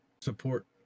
support